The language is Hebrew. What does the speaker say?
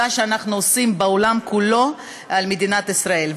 שאנחנו עושים בעולם כולו על מדינת ישראל.